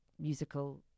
musical